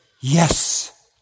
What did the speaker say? yes